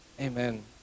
Amen